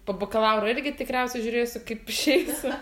po bakalauro irgi tikriausiai žiūrėsiu kaip išeis